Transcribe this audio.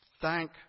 Thank